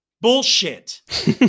bullshit